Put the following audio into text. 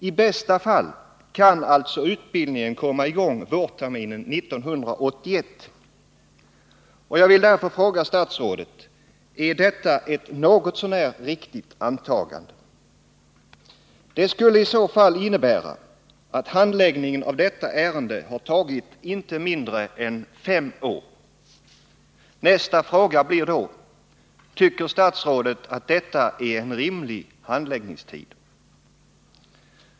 I bästa fall kan alltså utbildningen komma i gång vårterminen 1981. Jag vill därför fråga statsrådet: Är detta ett något så när riktigt antagande? I så fall skulle det innebära, att handläggningen av detta ärende har tagit inte mindre än fem år. Nästa fråga blir då: Tycker statsrådet att detta är en rimlig handläggningstid?